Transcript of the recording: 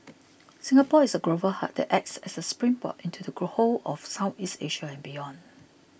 Singapore is a global hub that acts as a springboard into the whole of Southeast Asia and beyond